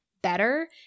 Better